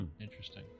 Interesting